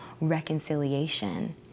reconciliation